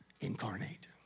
incarnate